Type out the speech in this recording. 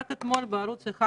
רק אתמול פורסם בערוץ 11: